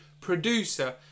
producer